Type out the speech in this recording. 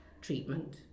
treatment